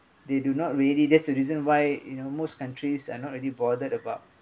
they do not really there's a reason why you know most countries are not really bothered about